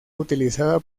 utilizada